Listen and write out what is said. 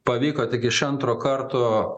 pavyko tik iš antro karto